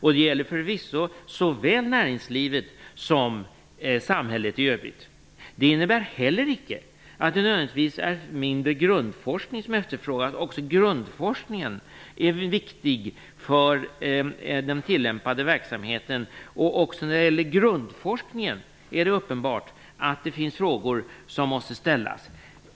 Det gäller förvisso i såväl näringslivet som samhället i övrigt. Det innebär heller icke att det nödvändigtvis är mindre grundforskning som efterfrågas, eftersom grundforskningen är viktig för den tillämpade verksamheten. Också när det gäller grundforskningen är det uppenbart att det finns frågor som måste ställas.